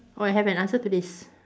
oh I have an answer to this